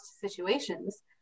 situations